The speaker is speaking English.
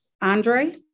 Andre